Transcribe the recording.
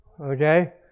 Okay